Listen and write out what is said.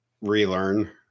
relearn